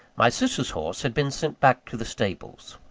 my sister's horse had been sent back to the stables.